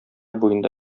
буенда